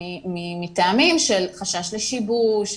מטעמים של חשש לשיבוש,